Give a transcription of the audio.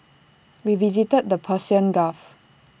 we visited the Persian gulf